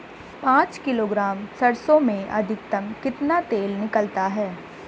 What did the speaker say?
पाँच किलोग्राम सरसों में अधिकतम कितना तेल निकलता है?